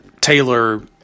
Taylor